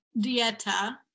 dieta